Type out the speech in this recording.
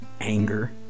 anger